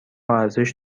ارزش